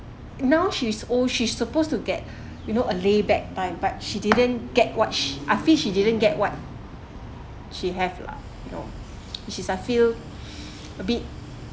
now she's old she supposed to get you know a laid back time but she didn't get what I feel she didn't get what she have lah you know which is I feel a bit